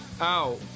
out